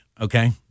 okay